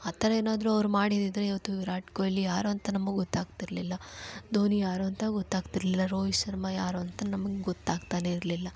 ಆ ಥರ ಏನಾದರೂ ಅವರು ಮಾಡಿದ್ದಿದ್ರೆ ಇವತ್ತು ವಿರಾಟ್ ಕೊಹ್ಲಿ ಯಾರು ಅಂತ ನಮಗೆ ಗೊತ್ತಾಗ್ತಿರ್ಲಿಲ್ಲ ಧೋನಿ ಯಾರು ಅಂತ ಗೊತ್ತಾಗ್ತಿರ್ಲಿಲ್ಲ ರೋಹಿತ್ ಶರ್ಮಾ ಯಾರು ಅಂತ ನಮಗೆ ಗೊತ್ತಾಗ್ತಾನೇ ಇರಲಿಲ್ಲ